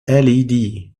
led